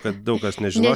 kad daug kas nežino